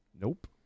Nope